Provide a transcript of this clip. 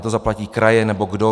To zaplatí kraje, nebo kdo?